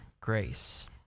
grace